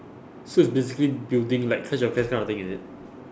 so it's basically building like clash of clans kind of thing is it